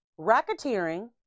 racketeering